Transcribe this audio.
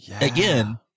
again